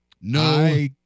No